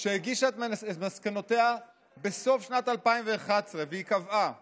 שהגישה את מסקנותיה בסוף שנת 2011, והיא קבעה